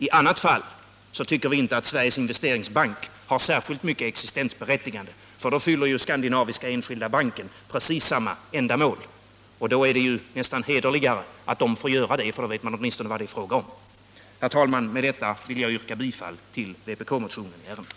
I annat fall tycker vi inte att Sveriges Investeringsbank har särskilt stort existensberättigande, för då fyller ju Skandinaviska Enskilda Banken precis samma uppgift. Då är det nästan hederligare att denna bank får göra det, för då vet man åtminstone vad det är fråga om. Herr talman! Med detta vill jag yrka bifall till vpk-motionen i ärendet.